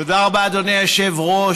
תודה רבה, אדוני היושב-ראש.